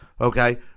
okay